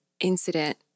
incident